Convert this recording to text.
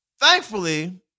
Thankfully